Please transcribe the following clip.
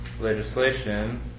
legislation